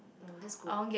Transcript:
no that's good